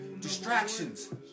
Distractions